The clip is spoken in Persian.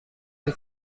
نمی